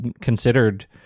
considered